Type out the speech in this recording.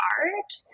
art